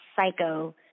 psycho